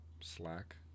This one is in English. slack